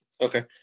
Okay